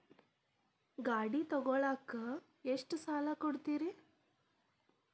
ಗಾಡಿ ತಗೋಳಾಕ್ ಎಷ್ಟ ಸಾಲ ಕೊಡ್ತೇರಿ?